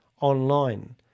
online